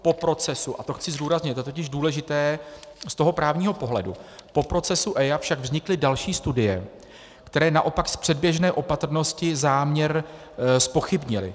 Po procesu, a to chci zdůraznit, to je totiž důležité z toho právního pohledu, po procesu EIA však vznikly další studie, které naopak z předběžné opatrnosti záměr zpochybnily.